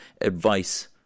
advice